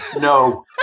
No